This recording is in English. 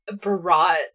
brought